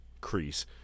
Crease